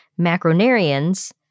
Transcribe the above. macronarians